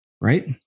right